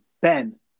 Ben